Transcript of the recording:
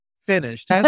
finished